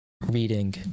reading